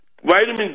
Vitamin